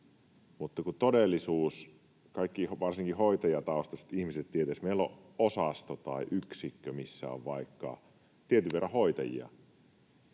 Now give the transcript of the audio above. kaikki, varsinkin hoitajataustaiset ihmiset, tietävät, että kun meillä on osasto tai yksikkö, missä on vaikka tietyn verran hoitajia,